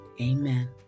amen